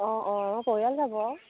অঁ অঁ আমাৰ পৰিয়াল যাব আৰু